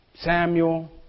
Samuel